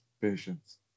patience